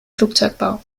flugzeugbau